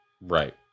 Right